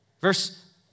Verse